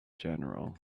general